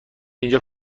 اینجا